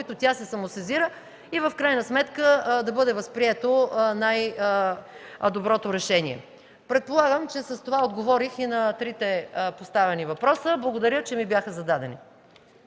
които тя се самосезира и в крайна сметка да бъде възприето най-доброто решение. Предполагам, че с това отговорих и на трите поставени въпроса. Благодаря, че ми бяха зададени.